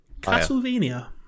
Castlevania